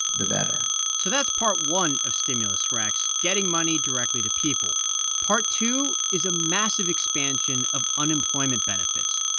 the better so that's part one of stimulus rex getting money directly to people. part two is a massive expansion of unemployment benefits.